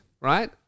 right